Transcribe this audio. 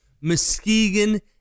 Muskegon